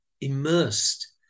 immersed